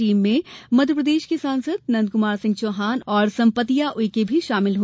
team में मध्यप्रदेश के सांसद नंदक्मार सिंह चौहान और सम्पतिया उईके शामिल हैं